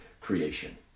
creation